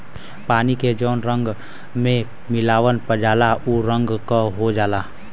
पानी के जौने रंग में मिलावल जाला उ रंग क हो जाला